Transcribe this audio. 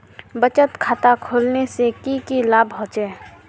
बचत खाता खोलने से की की लाभ होचे?